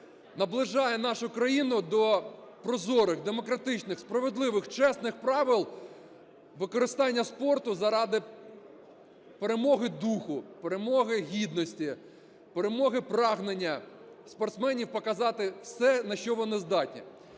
наближає нашу країну до прозорих, демократичних, справедливих, чесних правил використання спорту заради перемоги духу, перемоги гідності, перемоги прагнення спортсменів показати все, на що вони здатні.